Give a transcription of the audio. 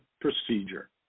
procedure